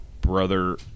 brother